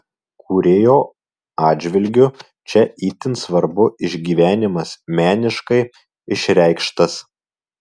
kūrėjo atžvilgiu čia itin svarbu išgyvenimas meniškai išreikštas